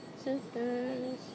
sisters